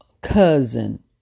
cousin